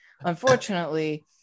unfortunately